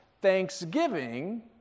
thanksgiving